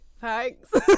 thanks